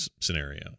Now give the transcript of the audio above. scenario